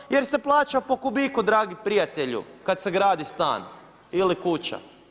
Zato jer se plaća po kubiku dragi prijatelju kada se gradi stan ili kuća.